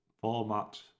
format